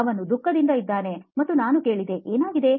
ಅವನು ದುಃಖದಿಂದ ಇದ್ದಾನೆ ಮತ್ತು ನಾನು ಕೇಳಿದೆ ಏನಾಗಿದೆ